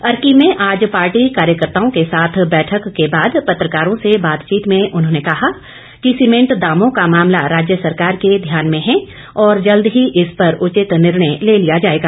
अर्की में आज पार्टी कार्यकर्ताओं के साथ बैठक के बाद पत्रकारों से बातचीत में उन्होंने कहा कि सीमेंट दामों का मामला राज्य सरकार के ध्यान में है और जल्द ही इस पर उचित निर्णय ले लिया जाएगा